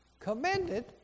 commended